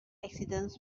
accidents